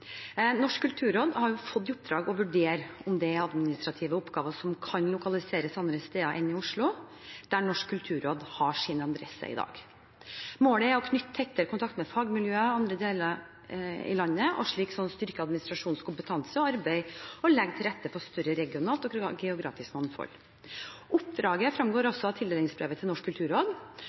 Norsk kulturråd har fått i oppdrag å vurdere om det er administrative oppgaver som kan lokaliseres andre steder enn i Oslo, der Norsk kulturråd har sin adresse i dag. Målet er å knytte tettere kontakt med fagmiljøer andre steder i landet og slik styrke administrasjonens kompetanse og arbeid og legge til rette for større regionalt og geografisk mangfold. Oppdraget fremgår også av tildelingsbrevet til Norsk kulturråd